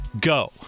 go